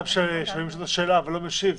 אדם ששואלים אותו שאלה והוא לא משיב,